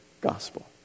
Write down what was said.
gospel